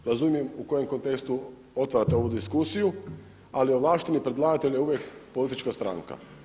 Razumijem u kojem kontekstu otvarate ovu diskusiju, ali ovlašteni predlagatelj je uvijek politička stranka.